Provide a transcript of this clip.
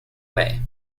way